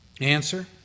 Answer